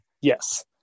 Yes